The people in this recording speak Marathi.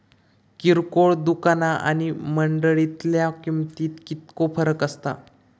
किरकोळ दुकाना आणि मंडळीतल्या किमतीत कितको फरक असता?